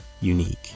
unique